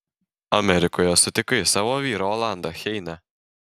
amerikoje sutikai savo vyrą olandą heine